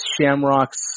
Shamrock's